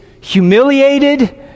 humiliated